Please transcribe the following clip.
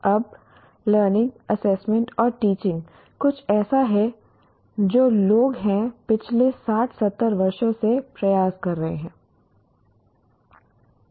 अब learning assessment और teaching कुछ ऐसा है जो लोग हैं पिछले 60 70 वर्षों से प्रयास कर रहे हैं